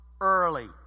early